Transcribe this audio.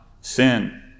sin